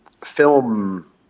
film